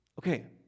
Okay